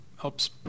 helps